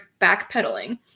backpedaling